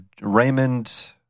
Raymond